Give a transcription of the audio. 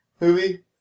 movie